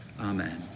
Amen